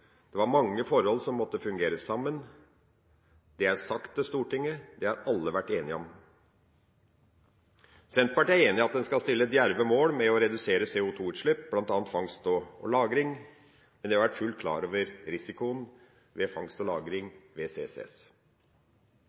det var mange forhold som måtte fungere sammen. Det er sagt til Stortinget, og det har alle vært enige om. Senterpartiet er enig i at man skal stille djerve mål for å redusere CO2-utslipp, bl.a. fangst og lagring, men vi har vært fullt klar over risikoen ved fangst og lagring ved CCS.